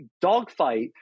dogfight